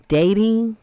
dating